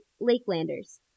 Lakelanders